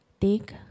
Take